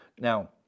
Now